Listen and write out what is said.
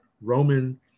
Roman